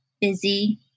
busy